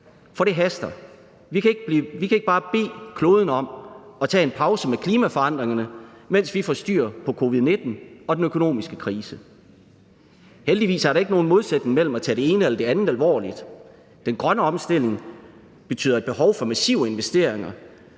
for det haster. Vi kan ikke bare bede kloden om at tage en pause med klimaforandringerne, mens vi får styr på covid-19 og den økonomiske krise. Heldigvis er der ikke nogen modsætning imellem at tage det ene eller det andet alvorligt. Den grønne omstilling betyder et behov for massive investeringer